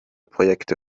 projekte